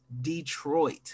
Detroit